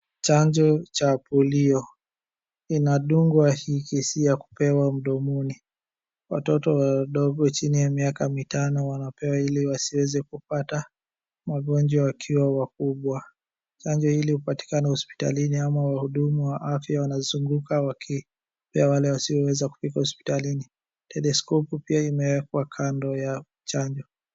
Chanjo ya polio. Inadungwa, hii si yakupewa mdomoni. Watoto wadogo chini ya miaka mitano wanapewa ili wasiweze kupata magonjwa wakiwa wakubwa. Chanjo hii hupatikana hospitalini ama wahudumu wa afya wanazunguka wakipea wale wasioweza kufika hospitali. Teleskopu pia imewekwa kando ya chanjo.